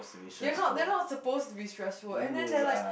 they not they are not suppose to be stressful and then they're like